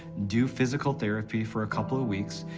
do physical therapy for a couple of weeks,